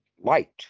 light